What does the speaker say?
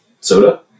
Soda